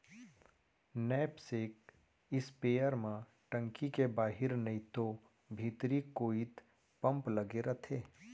knapsack sprayer म टंकी के बाहिर नइतो भीतरी कोइत पम्प लगे रथे